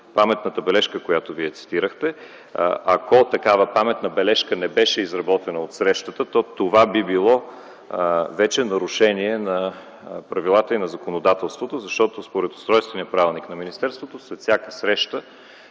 паметната бележка, която Вие цитирахте. Ако такава паметна бележка не беше изработена от срещата, то това вече би било нарушение на правилата и на законодателството. Защото според устройствения правилник на министерството след всяка среща